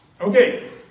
Okay